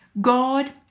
God